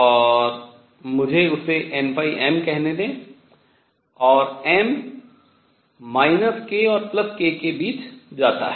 और मुझे उसे nm कहने दें और m k और k के बीच जाता है